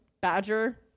Badger